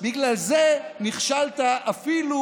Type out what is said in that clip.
בגלל זה נכשלת אפילו